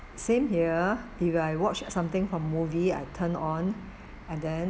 same here either I watched something from movie I turn on and then